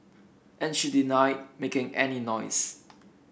and she denied making any noise